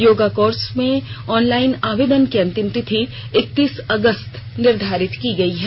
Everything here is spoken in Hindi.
योगा कोर्स में ऑनलाइन आवेदन की अंतिम तिथि इकतीस अगस्त निर्धारित की गयी है